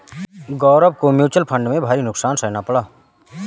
गौरव को mutual fund में भारी नुकसान सहना पड़ा